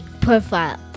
profile